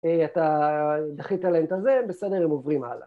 ‫אתה דחית עליהם את הזה, ‫בסדר הם עוברים הלאה.